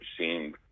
seemed